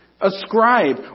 ascribe